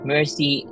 Mercy